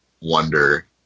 wonder